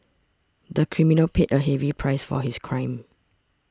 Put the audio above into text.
the criminal paid a heavy price for his crime